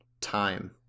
time